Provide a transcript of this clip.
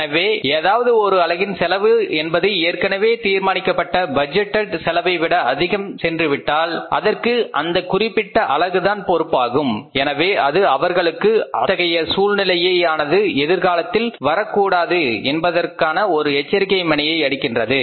எனவே ஏதாவது ஒரு அலகின் செலவு என்பது ஏற்கனவே தீர்மானிக்கப்பட்ட பட்ஜெட்டேட் செலவைவிட அதிகமாக சென்று விட்டது என்றால் அதற்கு அந்த குறிப்பிட்ட அலகுதான் பொறுப்பாகும் எனவே அது அவர்களுக்கு இத்தகைய சூழ்நிலையை ஆனது எதிர்காலத்தில் வரக்கூடாது என்பதற்கான ஒரு எச்சரிக்கை மணியை அடிக்கின்றது